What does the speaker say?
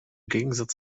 gegensatz